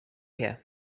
here